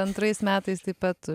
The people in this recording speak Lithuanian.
antrais metais taip pat